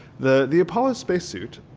the the apollo spacesuit,